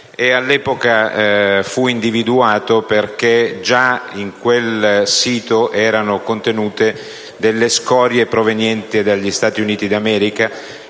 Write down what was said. All’epoca fu individuato perche´ in quel sito gia erano contenute scorie provenienti dagli Stati Uniti d’America